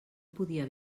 podia